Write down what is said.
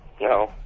No